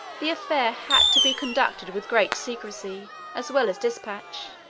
the affair had to be conducted with great secrecy as well as dispatch.